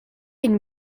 une